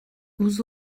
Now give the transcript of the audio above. vous